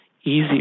easier